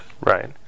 right